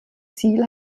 ziel